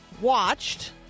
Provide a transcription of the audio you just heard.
watched